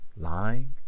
lying